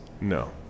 No